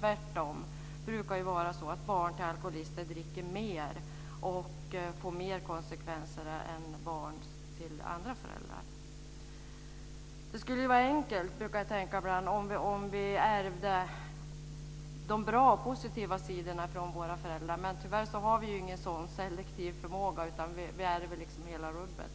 Tvärtom brukar det ju vara så att barn till alkoholister dricker mer än barn till andra föräldrar. Jag brukar ibland tänka att det skulle vara enkelt om vi bara ärvde de bra och positiva sidorna från våra föräldrar. Men tyvärr har vi ingen sådan selektiv förmåga, utan vi ärver hela rubbet.